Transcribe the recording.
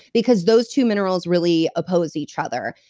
because those two minerals really oppose each other.